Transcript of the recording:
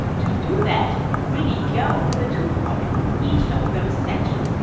to do that, really go with a toothcomb through each of those sections.